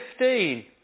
15